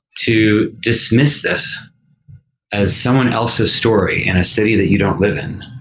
to dismiss this as someone else's story in a city that you don't live in.